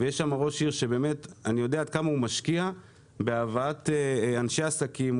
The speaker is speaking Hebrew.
יש שם ראש עיר שאני יודע עד כמה הוא משקיע בהבאת אנשי עסקים,